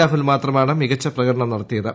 രാഹുൽമാത്രമാണ് മികച്ച പ്രകടനം നടത്തിയത്